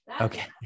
Okay